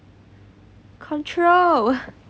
control